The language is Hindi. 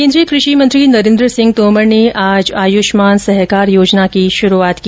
केन्द्रीय कृषि मंत्री नरेन्द्र सिंह तोमर ने आज आयुष्मान सहकार योजना की शुरूआत की